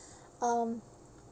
um